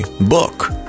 Book